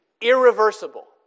irreversible